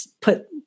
put